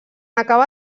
acabà